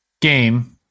game